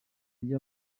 ajye